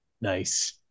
Nice